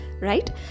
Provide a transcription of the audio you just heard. right